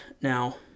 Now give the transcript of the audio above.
Now